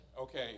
Okay